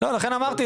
לכן אמרתי,